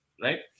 Right